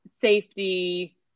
safety